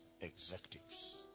executives